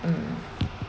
mm